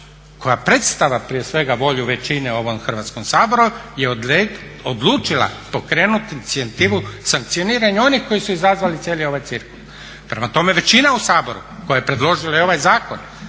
koja predstavlja prije svega volju većine u ovom Hrvatskom saboru je odlučila pokrenuti inicijativu sankcioniranja onih koji su izazvali cijeli ovaj cirkus. Prema tome, većina u Saboru koja je predložila i ovaj zakon